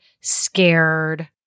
scared